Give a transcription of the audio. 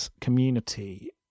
community